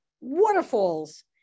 waterfalls